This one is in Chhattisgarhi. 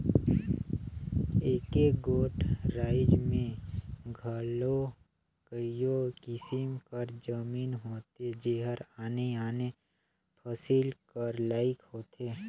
एके गोट राएज में घलो कइयो किसिम कर जमीन होथे जेहर आने आने फसिल कर लाइक होथे